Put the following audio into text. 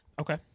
Okay